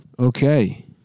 Okay